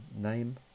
name